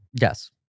Yes